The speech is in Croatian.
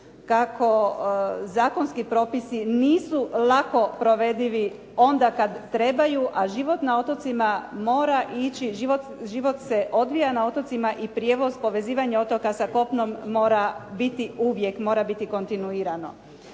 kako zakonski propisi nisu lako provedivi onda kad trebaju, a život na otocima mora ići, život se odvija na otocima i prijevoz, povezivanje otoka sa kopnom mora biti uvijek, mora biti kontinuirano.